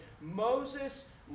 Moses